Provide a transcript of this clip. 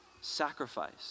sacrifice